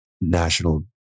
National